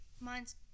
mine's